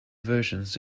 versions